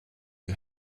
who